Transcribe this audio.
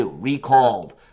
recalled